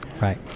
Right